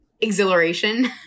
exhilaration